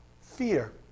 Fear